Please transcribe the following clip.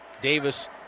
Davis